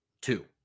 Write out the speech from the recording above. Two